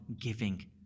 giving